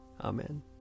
Amen